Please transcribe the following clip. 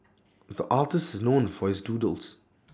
the artist is known for his doodles